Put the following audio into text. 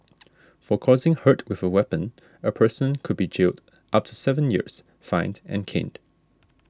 for causing hurt with a weapon a person could be jailed up to seven years fined and caned